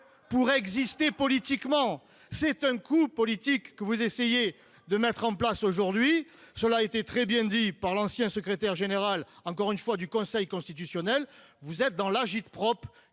pour exister politiquement, c'est un coup politique que vous essayez de mettre en place aujourd'hui, cela a été très bien dit par l'ancien secrétaire général, encore une fois du Conseil constitutionnel, vous êtes dans l'agit-prop